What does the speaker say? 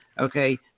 Okay